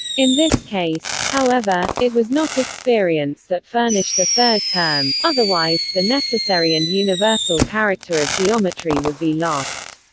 in this case, however, it was not experience that furnished the third term otherwise, the necessary and universal character of geometry would be lost.